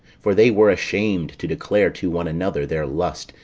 for they were ashamed to declare to one another their lust,